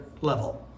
level